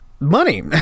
money